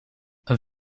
een